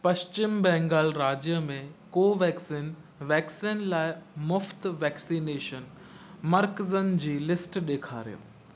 पश्चिम बंगाल राज्य में कोवैक्सीन वैक्सीन लाइ मुफ़्त वैक्सीनेशन मर्कज़नि जी लिस्ट ॾेखारियो